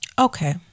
Okay